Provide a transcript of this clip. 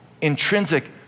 intrinsic